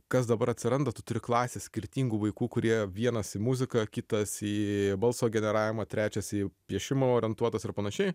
kas dabar atsiranda tu turi klasę skirtingų vaikų kurie vienas į muziką kitas į balso generavimą trečias į piešimą orientuotas ar panašiai